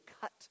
cut